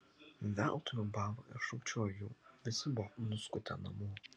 veltui ūbavo ir šūkčiojo jų visi buvo nuskutę namo